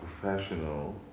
professional